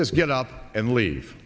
just get up and leave